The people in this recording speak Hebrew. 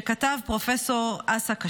שכתב פרופ' אסא כשר,